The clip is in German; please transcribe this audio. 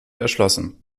erschlossen